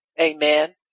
Amen